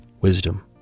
wisdom